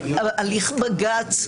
הליך בג"צ,